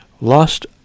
lost